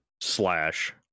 slash